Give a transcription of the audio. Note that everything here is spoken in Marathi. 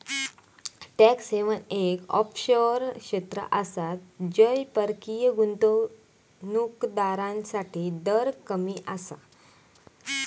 टॅक्स हेवन एक ऑफशोअर क्षेत्र आसा जय परकीय गुंतवणूक दारांसाठी दर कमी आसा